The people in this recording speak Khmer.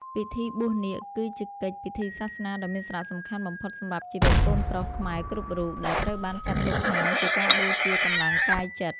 ពិធីបួសនាគ គឺជាកិច្ចពិធីសាសនាដ៏មានសារៈសំខាន់បំផុតសម្រាប់ជីវិតកូនប្រុសខ្មែរគ្រប់រូប ដែលត្រូវបានចាត់ទុកថាជាការបូជាកម្លាំងកាយចិត្ត